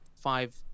five